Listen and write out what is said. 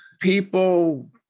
people